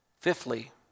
Fifthly